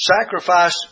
sacrifice